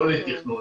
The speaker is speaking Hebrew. לא לתכנון,